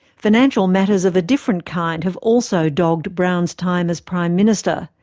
financial matters of a different kind have also dogged brown's time as prime minister.